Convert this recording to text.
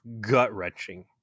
gut-wrenching